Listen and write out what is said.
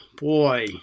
Boy